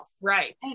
Right